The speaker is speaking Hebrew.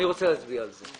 אני רוצה להצביע על זה.